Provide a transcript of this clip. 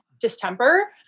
distemper